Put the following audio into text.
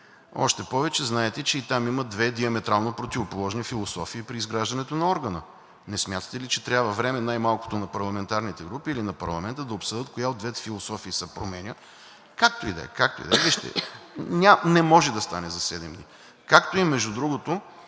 Още повече, знаете, че и там има две диаметрално противоположни философии при изграждането на органа. Не смятате ли, че трябва време най-малкото на парламентарните групи, или на парламента да обсъдят коя от двете философии се променя? Както и да е, както и да е. Вижте, не може да стане за седем дни, както и между другото,